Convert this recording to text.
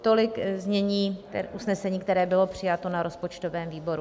Tolik znění usnesení, které bylo přijato na rozpočtovém výboru.